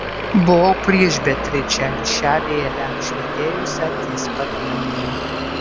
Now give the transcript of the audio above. buvau prieš beatričę ir šią vėlę švytėjusią ties pat manimi